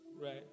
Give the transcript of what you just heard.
right